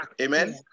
Amen